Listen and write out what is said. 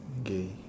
gay